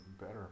better